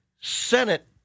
Senate